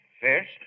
First